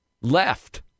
Left